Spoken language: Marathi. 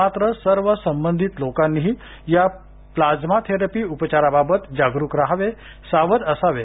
मात्र सर्व संबंधित लोकांनीही या प्लाझ्मा थेरपी उपचाराबाबत जागरूक रहावे सावध असावे